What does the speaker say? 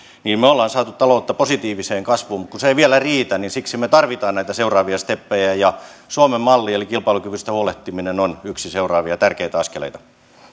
me olemme saaneet taloutta positiiviseen kasvuun mutta kun se ei vielä riitä niin siksi me tarvitsemme näitä seuraavia steppejä ja suomen malli eli kilpailukyvystä huolehtiminen on yksi seuraavia tärkeitä askeleita